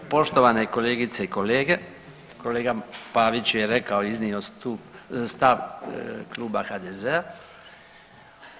Poštovane kolegice i kolege, kolega Pavić je rekao iznio tu stav Kluba HDZ-a.